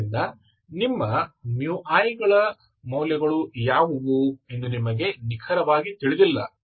ಆದ್ದರಿಂದ ನಿಮ್ಮ i ಗಳ ಮೌಲ್ಯಗಳು ಯಾವುವು ಎಂದು ನಿಮಗೆ ನಿಖರವಾಗಿ ತಿಳಿದಿಲ್ಲ